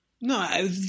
No